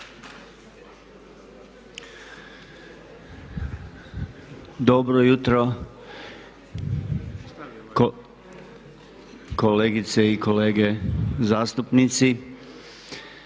ministra, kolegice i kolege zastupnici.